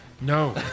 No